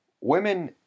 women